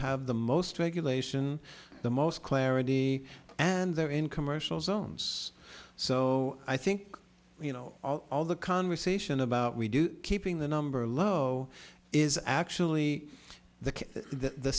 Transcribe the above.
have the most regulation the most clarity and they're in commercial zones so i think you know all the conversation about we do keeping the number of low is actually the